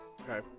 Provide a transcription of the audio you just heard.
okay